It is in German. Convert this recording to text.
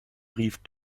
rief